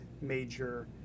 major